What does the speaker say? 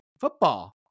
football